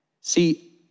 See